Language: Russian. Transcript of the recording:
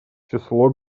число